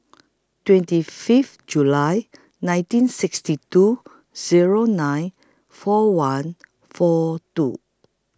twenty Fifth July nineteen sixty two Zero nine four one four two